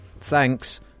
Thanks